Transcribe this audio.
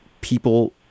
people